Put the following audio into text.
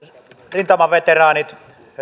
rintamaveteraanit